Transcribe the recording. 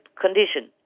condition